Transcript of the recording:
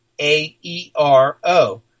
A-E-R-O